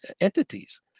entities